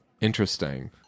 Interesting